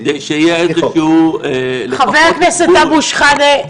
כדי שיהיה איזשהו --- חבר הכנסת אבו שחאדה,